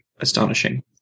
astonishing